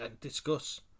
discuss